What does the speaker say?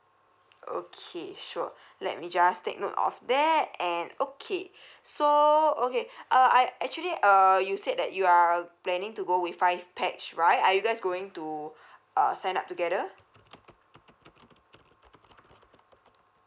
okay sure let me just take note of that and okay so okay uh I actually uh you said that you are planning to go with five pax right are you guys going to uh sign up together